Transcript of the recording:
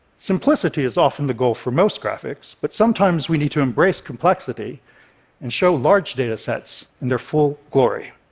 simplicity is often the goal for most graphics, but sometimes we need to embrace complexity and show large data sets in their full glory.